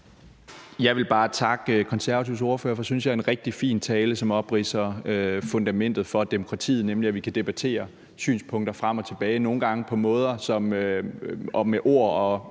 Jeg vil bare takke Konservatives ordfører for en, synes jeg, rigtig fin ordførertale, som opridser fundamentet for demokratiet, nemlig at vi kan debattere synspunkter frem og tilbage, nogle gange på måder og med ord og